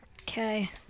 Okay